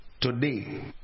today